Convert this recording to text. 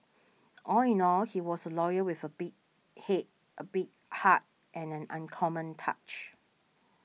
all in all he was a lawyer with a big head a big heart and an uncommon touch